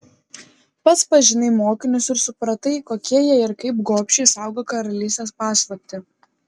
pats pažinai mokinius ir supratai kokie jie ir kaip gobšiai saugo karalystės paslaptį